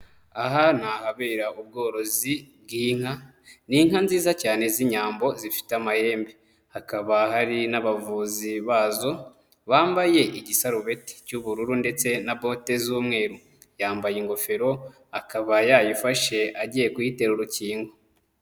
Aha ni ahabera ubworozi bw'inka, ni inka nziza cyane z'inyambo zifite amahembe, hakaba hari n'abavuzi bazo bambaye igisarubeti cy'ubururu ndetse na bote z'umweru yambaye ingofero, akaba yayifashe agiye kuyitera urukingo.